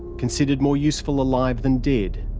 considered more useful alive than dead,